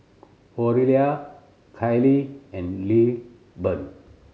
Oralia Kylie and Lilburn